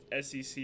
SEC